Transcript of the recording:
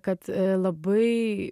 kad labai